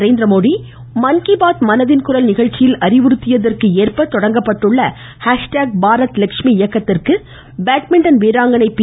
நரேந்திரமோடி மன்கிபாத் மனதின் குரல் நிகழ்ச்சியில் அறிவுறுத்தியதற்கேற்ப பிரதமர் தொடங்கப்பட்டுள்ள பாரத் லெஷ்மி இயக்கத்திற்கு பேட்மிண்டன் வீராங்கணை பி